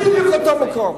בדיוק אותו מקום.